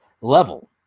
level